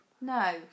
No